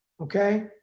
okay